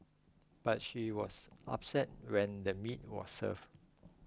but she was upset when the meat was served